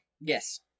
Yes